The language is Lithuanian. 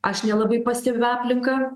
aš nelabai pastebiu aplinką